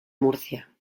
murcia